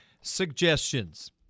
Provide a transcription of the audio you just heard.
suggestions